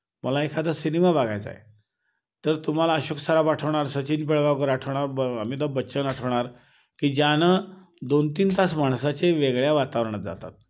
मला एखादा सिनेमा बघायचा आहे तर तुम्हाला अशोक सराफ आठवणार सचिन पिळगावकर आठवणार अमिताभ बच्चन आठवणार की ज्यानं दोन तीन तास माणसाचे वेगळ्या वातावरणात जातात